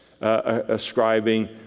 ascribing